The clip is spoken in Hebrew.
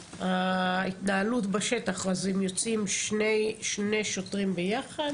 ההתנהלות בשטח, הם יוצאי שני שוטרים ביחד?